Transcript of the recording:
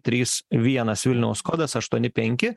trys vienas vilniaus kodas aštuoni penki